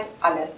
alles